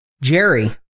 Jerry